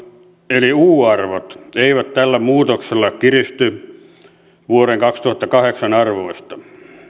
eli u arvot eivät tällä muutoksella kiristy vuoden kaksituhattakahdeksan arvoista